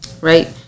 right